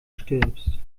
stirbst